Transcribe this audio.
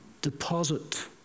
deposit